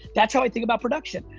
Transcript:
that's how i think about production.